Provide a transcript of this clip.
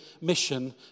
mission